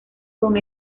con